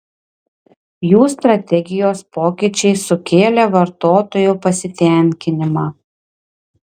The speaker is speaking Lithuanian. jų strategijos pokyčiai sukėlė vartotojų pasitenkinimą